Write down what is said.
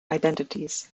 identities